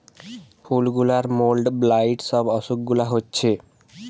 ফুল গুলার mould, blight সব অসুখ গুলা হচ্ছে